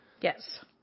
Yes